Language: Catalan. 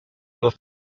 dos